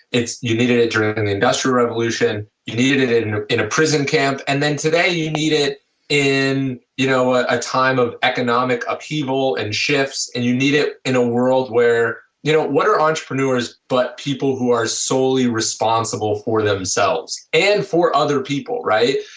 it's you needed during the industrial revolution, you needed in a in a prison camp and then today you needed in you know ah a time of economic upheaval and shifts and you needed in a world where you don't want entrepreneurs but people who are solely responsible for themselves and for other people, right.